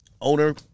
owner